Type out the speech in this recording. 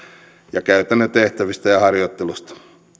ja käytännön tehtävistä ja harjoittelusta